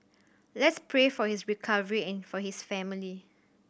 let's pray for his recovery and for his family